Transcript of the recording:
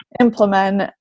implement